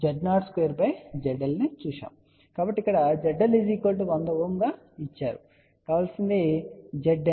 కాబట్టి ఇక్కడ ZL100 Ω గా ఇవ్వబడింది కావలసిన Zin 50 Ω